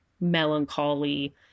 melancholy